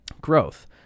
Growth